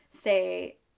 say